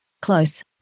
Close